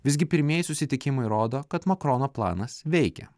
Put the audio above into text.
visgi pirmieji susitikimai rodo kad makrono planas veikia